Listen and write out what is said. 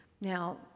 Now